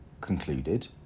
concluded